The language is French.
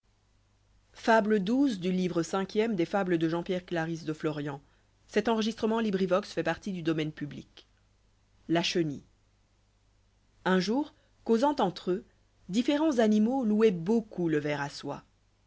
xilla chenille u s jour causant eatre eux différents animaux lôupient beaucoup lé ver à soie